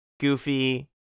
Goofy